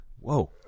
Whoa